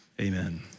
Amen